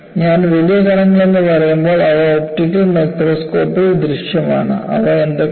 ഞാൻ വലിയ കണങ്ങൾ എന്ന് പറയുമ്പോൾ അവ ഒപ്റ്റിക്കൽ മൈക്രോസ്കോപ്പിൽ ദൃശ്യമാണ് അവ എന്തൊക്കെയാണ്